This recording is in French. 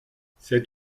cet